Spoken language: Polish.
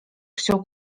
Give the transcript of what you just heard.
chciał